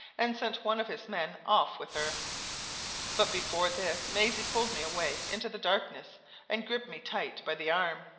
and sent one of his men off with her but before this maisie pulled me away into the darkness and gripped me tight by the arm.